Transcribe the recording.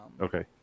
okay